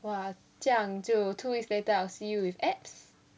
!wah! 这样就 two weeks later I'll see you with abs